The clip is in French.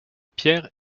pierre